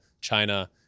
China